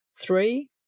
Three